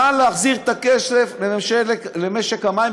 נא להחזיר את הכסף למשק המים,